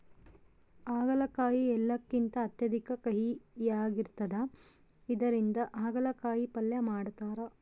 ಆಗಲಕಾಯಿ ಎಲ್ಲವುಕಿಂತ ಅತ್ಯಧಿಕ ಕಹಿಯಾಗಿರ್ತದ ಇದರಿಂದ ಅಗಲಕಾಯಿ ಪಲ್ಯ ಮಾಡತಾರ